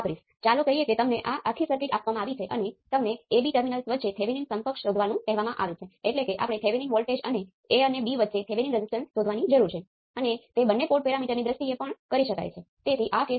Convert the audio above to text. ધારો કે હું માત્ર વોલ્ટેજ કંટ્રોલ કરંટ સોર્સ લઉં છું આ Vx છે અને આ Gm Vx છે